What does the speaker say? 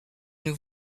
nous